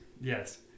Yes